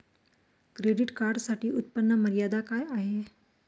Credit कार्डसाठी उत्त्पन्न मर्यादा काय आहे?